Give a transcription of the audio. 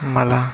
मला